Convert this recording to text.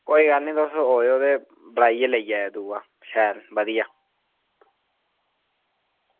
कोई गल्ल निं तुस आयो ते बनाइयै लेई जायो दूआ शैल बधिया